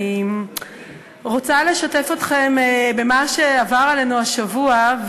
אני רוצה לשתף אתכם במה שעבר עלינו השבוע,